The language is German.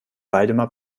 waldemar